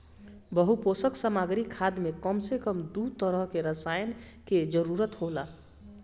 बहुपोषक सामग्री खाद में कम से कम दू तरह के रसायन कअ जरूरत होला